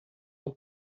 não